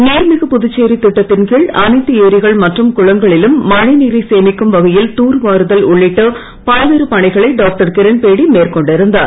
நீர் மிகு புதுச்சேரி திட்டத்தின் கீழ் அனைத்து ஏரிகள் மற்றும் குளங்களிலும் மழை நீரை சேமிக்கும் வகையில் தூர் வாருதல் உள்ளிட்ட பல்வேறு பணிகளை டாக்டர் கிரண்பேடி மெற்கொண்டிருந்தார்